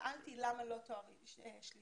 שאלתי למה לא תואר שלישי.